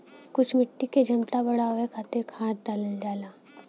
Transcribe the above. कुछ मिट्टी क क्षमता बढ़ावे खातिर खाद डालल जाला